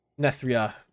Nethria